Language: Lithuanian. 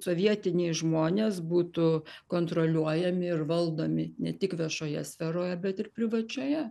sovietiniai žmonės būtų kontroliuojami ir valdomi ne tik viešoje sferoje bet ir privačioje